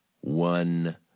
one